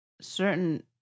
certain